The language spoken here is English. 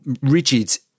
rigid